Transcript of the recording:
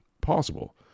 possible